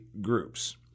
groups